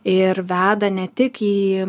ir veda ne tik į